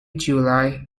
july